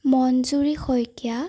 Manjuri Saikia